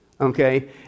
Okay